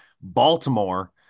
Baltimore